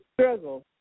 struggle